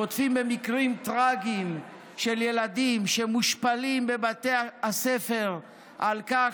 חוטפים במקרים טרגיים של ילדים שמושפלים בבתי הספר על כך